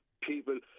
people